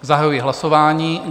Zahajuji hlasování.